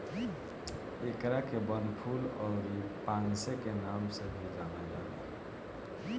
एकरा के वनफूल अउरी पांसे के नाम से भी जानल जाला